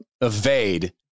evade